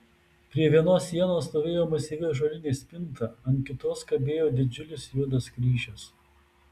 prie vienos sienos stovėjo masyvi ąžuolinė spinta ant kitos kabėjo didžiulis juodas kryžius